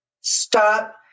Stop